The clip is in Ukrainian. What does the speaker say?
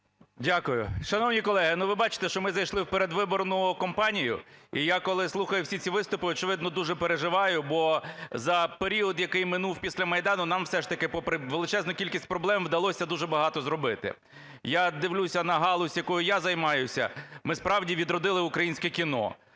Дякую. Шановні колеги, ну, ви бачите, що ми зайшли в передвиборну кампанію. І я, коли слухаю всі ці виступи, очевидно, дуже переживаю, бо за період, який минув після Майдану, нам все ж таки попри величезну кількість проблем вдалося дуже багато зробити. Я дивлюся на галузь, якою я займаюся, ми, справді, відродили українське кіно.